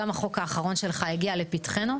גם החוק האחרון שלך הגיע לפתחנו,